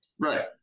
Right